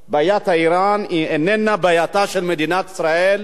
בעיית אירן איננה בעייתה של מדינת ישראל,